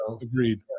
Agreed